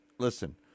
Listen